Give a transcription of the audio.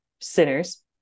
sinners